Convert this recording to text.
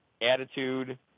attitude